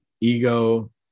ego